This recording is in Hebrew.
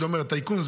דיונים ארוכים,